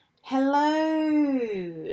Hello